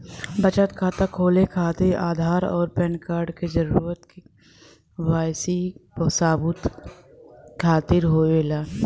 बचत खाता खोले खातिर आधार और पैनकार्ड क जरूरत के वाइ सी सबूत खातिर होवेला